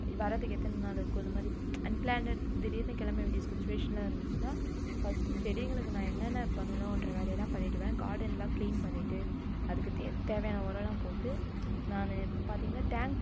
வரதுக்கு எத்தன நாள் இருக்கோ இதுமாதிரி அன் பிளான்டட் திடீர்னு கிளம்ப வேண்டிய சிச்சுவேஷனா இருந்துச்சுன்னா ஃபஸ்ட்டு செடிங்களுக்கு நான் என்னென்ன பண்ணனும் என்ற வேலையெல்லாம் பண்ணிடுவேன் கார்டன் எல்லாம் கிளீன் பண்ணிட்டு அதுக்குத் தே தேவையான உரம்லாம் போட்டு நான் பார்த்தீங்கன்னா டேங்க்